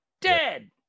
dead